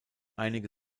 einige